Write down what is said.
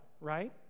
right